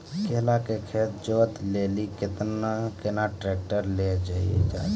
केला के खेत जोत लिली केना ट्रैक्टर ले लो जा?